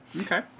Okay